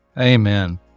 Amen